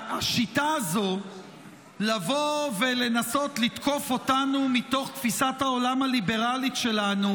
השיטה הזו לבוא ולנסות לתקוף אותנו מתוך תפיסת העולם הליברלית שלנו,